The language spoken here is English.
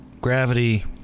Gravity